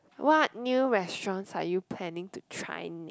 what new restaurants are you planning to try next